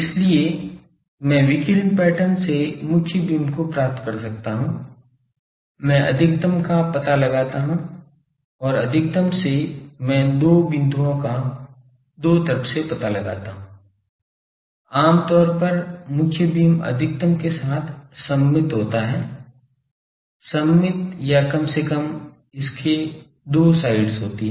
इसलिए मैं विकिरण पैटर्न से मुख्य बीम को प्राप्त कर सकता हूं मैं अधिकतम का पता लगाता हूं और अधिकतम से मैं दो बिंदुओं का दो तरफ से पता लगाता हूं आमतौर पर मुख्य बीम अधिकतम के साथ सममित होता है सममित या कम से कम इसके दो साइड्स होती हैं